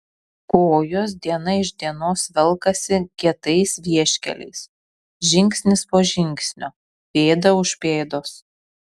kojos diena iš dienos velkasi kietais vieškeliais žingsnis po žingsnio pėda už pėdos